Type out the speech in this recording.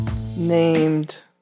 named